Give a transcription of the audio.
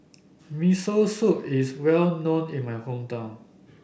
Miso Soup is well known in my hometown